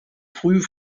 früh